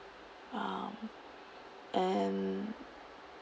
um and